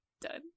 Done